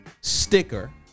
sticker